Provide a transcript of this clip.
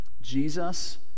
Jesus